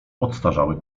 podstarzały